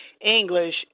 English